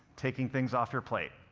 taking things off your plate.